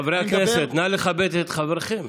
חברי הכנסת, נא לכבד את חברכם.